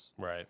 Right